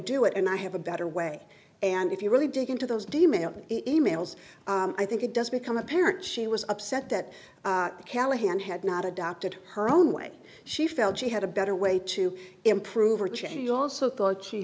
do it and i have a better way and if you really dig into those demanding e mails i think it does become apparent she was upset that callahan had not adopted her own way she felt she had a better way to improve or change also thought she